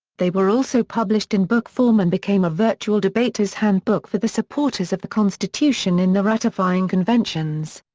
they were also published in book form and became a virtual debater's handbook for the supporters of the constitution in the ratifying conventions.